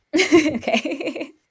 Okay